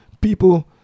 people